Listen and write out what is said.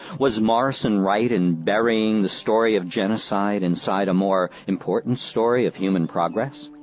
was morison right in burying the story of genocide inside a more important story of human progress?